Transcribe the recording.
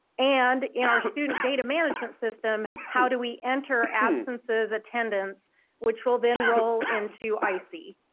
and in our student data management system, how do we enter absences attendance which will then roll into isee?